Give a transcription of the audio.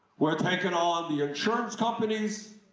we are taking on the insurance companies,